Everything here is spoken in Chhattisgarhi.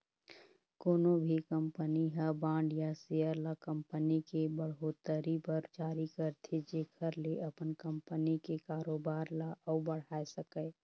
कोनो भी कंपनी ह बांड या सेयर ल कंपनी के बड़होत्तरी बर जारी करथे जेखर ले अपन कंपनी के कारोबार ल अउ बढ़ाय सकय